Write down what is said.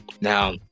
now